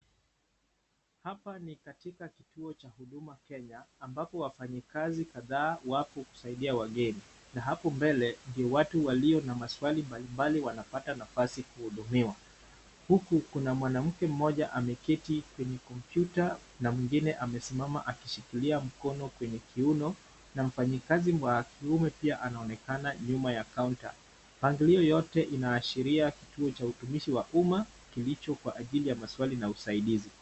Hapa ni katika kituo cha huduma Kenya ambapo wafanyikazi kadhaa wapo kusaidia wageni na hapo mbele ni watu walio na maswali mbalimbali wanapata nafasi kuhudumiwa. Huku kuna mwanamke mmoja ameketi kwenye kompyuta na mwingine amesimama akishikilia mkono kwenye kiuno na mfanyikazi wa kiume pia anaonekana ya counter . Mipangilio yote inaashiria kituo cha utumishi wa umma kilicho kwa ajili ya huduma na usaidizi.